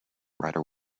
rider